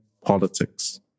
politics